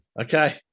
Okay